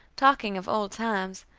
talking of old times,